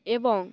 ଏବଂ